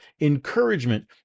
encouragement